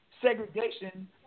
Segregation